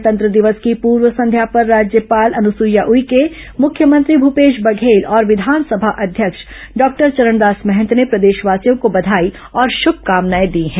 गणतंत्र दिवस की पूर्व संध्या पर राज्यपाल अनुसुईया उइके मुख्यमंत्री भूपेश बघेल और विधानसभा अध्यक्ष डॉक्टर चरणदास महंत ने प्रदेशवासियों को बधाई और शुभकामनाएं दी हैं